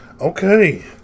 Okay